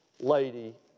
lady